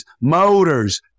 motors